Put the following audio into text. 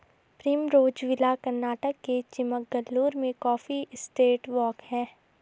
Primrose Villa Karnataka के चिकमगलूर में coffee estate walk हैं